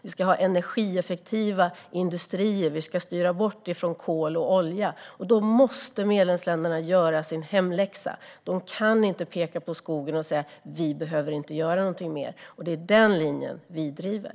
Vi ska ha energieffektiva industrier. Vi ska styra bort från kol och olja. Då måste medlemsländerna göra sin hemläxa. De kan inte peka på skogen och säga: Vi behöver inte göra någonting mer. Det är den linjen vi driver.